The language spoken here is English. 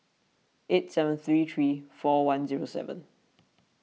eight seven three three four one zero seven